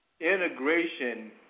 integration